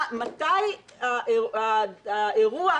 מתי האירוע,